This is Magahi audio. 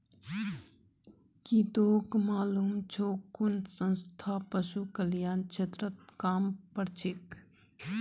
की तोक मालूम छोक कुन संस्था पशु कल्याण क्षेत्रत काम करछेक